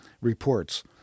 reports